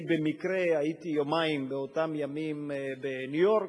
אני במקרה הייתי באותם ימים יומיים בניו-יורק,